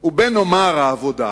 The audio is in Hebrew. ובין העבודה,